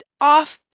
off